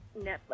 Netflix